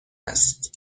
است